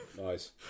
Nice